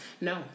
No